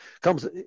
comes